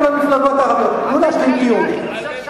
לכן,